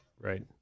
Right